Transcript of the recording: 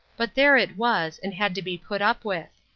but there it was, and had to be put up with.